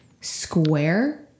square